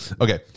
Okay